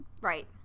Right